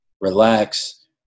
relax